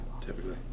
typically